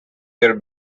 their